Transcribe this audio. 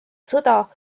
sõda